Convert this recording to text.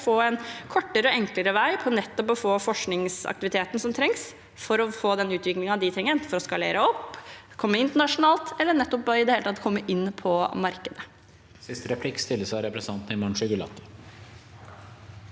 få en kortere og enklere vei til nettopp å få forskningsaktiviteten som trengs, for å få den utviklingen de trenger for enten å skalere opp, komme ut internasjonalt eller i det hele tatt komme inn på markedet.